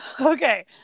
Okay